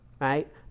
right